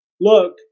look